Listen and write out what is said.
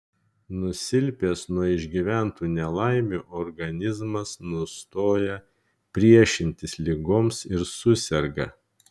nusilpęs nuo išgyventų nelaimių organizmas nustoja priešintis ligoms ir suserga